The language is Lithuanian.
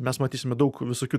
mes matysime daug visokių